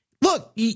look